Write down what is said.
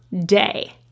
day